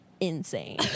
insane